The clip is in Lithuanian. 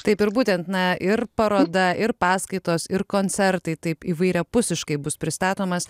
taip ir būtent na ir paroda ir paskaitos ir koncertai taip įvairiapusiškai bus pristatomas